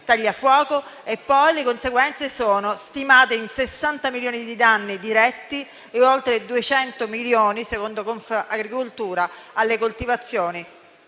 tagliafuoco. Le conseguenze sono stimate in 60 milioni di danni diretti e oltre 200 milioni per quanto riguarda le coltivazioni,